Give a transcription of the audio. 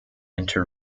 inter